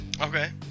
Okay